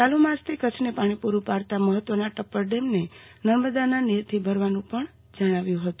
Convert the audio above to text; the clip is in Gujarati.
ચાલુ માસથી કચ્છાને પાણી પૂરૂ પાડતાં મહત્વનનાં ટપ્પાર ડેમને નર્મદાના નીરથી ભરવાનું પણ જણાવ્યુંર હતું